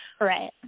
Right